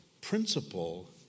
principle